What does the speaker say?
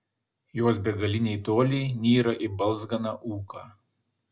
jos begaliniai toliai nyra į balzganą ūką